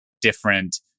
different